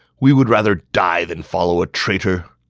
we would rather die than follow a traitor!